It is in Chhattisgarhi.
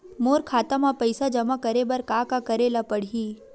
मोर खाता म पईसा जमा करे बर का का करे ल पड़हि?